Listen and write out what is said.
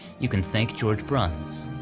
you can thank george bruns.